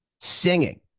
singing